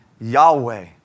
Yahweh